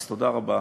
אז תודה רבה.